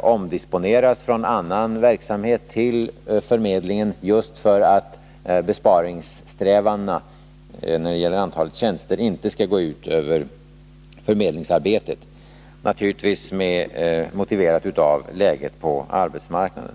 omdisponeras från annan verksamhet till förmedlingen, just för att besparingssträvandena när det gäller antalet tjänster inte skall gå ut över förmedlingsarbetet — naturligtvis motiverat av läget på arbetsmarknaden.